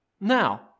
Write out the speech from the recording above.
Now